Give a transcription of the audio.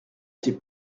été